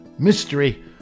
Mystery